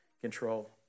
control